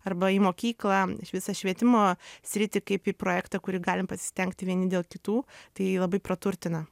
arba į mokyklą iš visą švietimo sritį kaip į projektą kurį galim pasistengti vieni dėl kitų tai labai praturtina